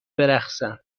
برقصم